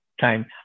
time